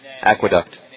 Aqueduct